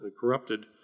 corrupted